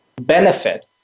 benefit